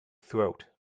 throat